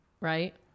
right